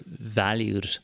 valued